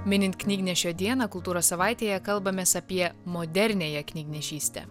minint knygnešio dieną kultūros savaitėje kalbamės apie moderniąją knygnešystę